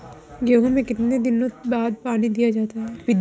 गेहूँ में कितने दिनों बाद पानी दिया जाता है?